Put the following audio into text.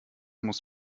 muss